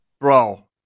Bro